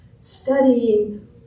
studying